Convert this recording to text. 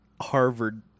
harvard